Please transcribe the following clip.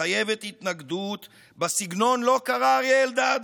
מחייבת התנגדות בסגנון שלו קרא אריה אלדד: